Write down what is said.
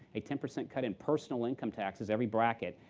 a ten percent cut in personal income taxes, every bracket,